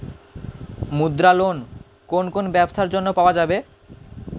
মুদ্রা লোন কোন কোন ব্যবসার জন্য পাওয়া যাবে?